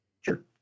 Sure